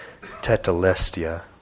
tetalestia